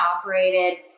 operated